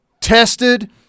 tested